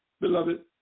beloved